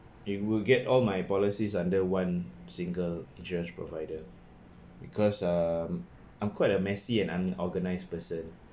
it will get all my policies under one single insurance provider because um I'm quite a messy and unorganized person